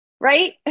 right